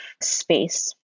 space